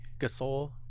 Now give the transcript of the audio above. Gasol